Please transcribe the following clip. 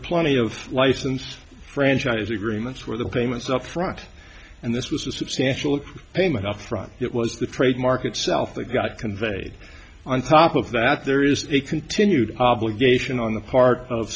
plenty of licensed franchise agreements where the payments up front and this was a substantial payment up front it was the trademark itself that got conveyed on top of that there is a continued obligation on the part of